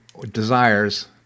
desires